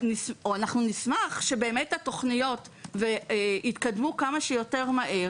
אנחנו נשמח שבאמת התוכניות יתקדמו כמה שיותר מהר